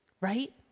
right